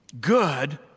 good